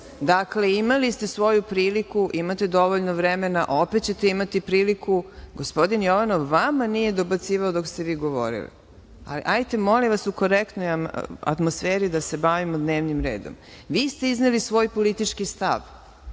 Imali ste svoju priliku, imate dovoljno vremena, opet ćete imati priliku. Gospodin Jovanov vama nije dobacivao dok ste vi govorili. Hajde u korektnoj atmosferi da se bavimo dnevnim redom. Vi ste izneli svoj politički stav,